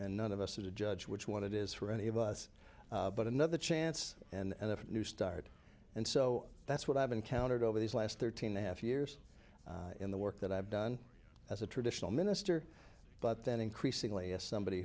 and none of us to judge which one it is for any of us but another chance and a new start and so that's what i've encountered over these last thirteen a half years in the work that i've done as a traditional minister but then increasingly as somebody